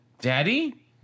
Daddy